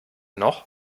noch